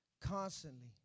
Constantly